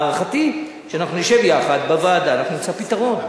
הערכתי היא שאנחנו נשב יחד בוועדה ואנחנו נמצא פתרון.